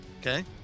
Okay